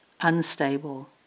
unstable